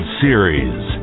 series